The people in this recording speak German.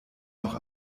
noch